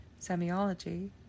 semiology